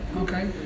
Okay